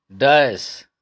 dice